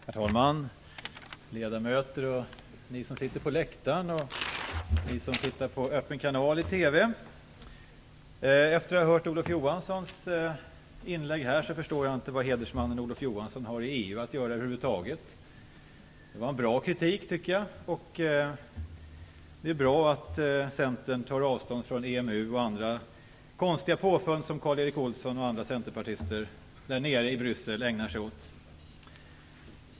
Herr talman! Ledamöter, ni som sitter på läktaren och ni som tittar på Öppna kanalen i TV! Efter att ha hört Olof Johanssons inlägg här förstår jag inte vad hedersmannen Olof Johansson har i EU att göra över huvud taget. Det var en bra kritik, tycker jag. Det är bra att Centern tar avstånd från EMU och andra konstiga påfund som Karl Erik Olsson och andra centerpartister ägnar sig åt där nere i Bryssel.